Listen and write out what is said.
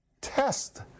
test